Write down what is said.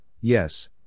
yes